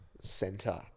center